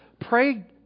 pray